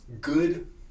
good